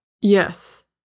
Yes